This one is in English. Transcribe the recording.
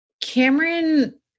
Cameron